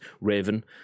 Raven